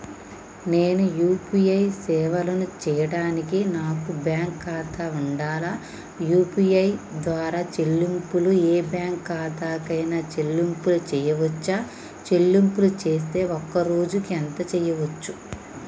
నేను యూ.పీ.ఐ సేవలను చేయడానికి నాకు బ్యాంక్ ఖాతా ఉండాలా? యూ.పీ.ఐ ద్వారా చెల్లింపులు ఏ బ్యాంక్ ఖాతా కైనా చెల్లింపులు చేయవచ్చా? చెల్లింపులు చేస్తే ఒక్క రోజుకు ఎంత చేయవచ్చు?